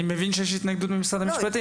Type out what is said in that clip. אני מבין שיש התנגדות ממשרד המשפטים.